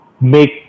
make